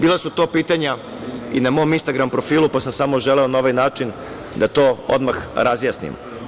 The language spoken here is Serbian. Bila su to pitanja i na mom instagram profilu, pa sam samo želeo na ovaj način da to odmah razjasnimo.